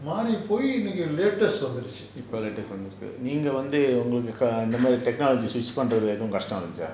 மாரி போய் இன்னைக்கு:maari poyi innaiku latest வந்துருச்சு:vanthuruchu